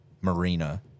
marina